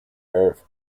earth